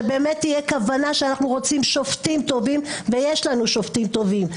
שבאמת תהיה כוונה שאנחנו רוצים שופטים טובים ויש לנו שופטים טובים.